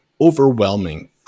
overwhelming